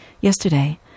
Yesterday